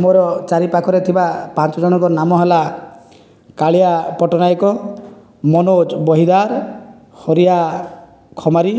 ମୋର ଚାରି ପାଖରେ ଥିବା ପାଞ୍ଚ ଜଣଙ୍କ ନାମ ହେଲା କାଳିଆ ପଟ୍ଟନାୟକ ମନୋଜ ବହିଦାର ହରିଆ ଖମାରି